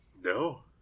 No